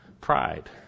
pride